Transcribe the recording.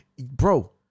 bro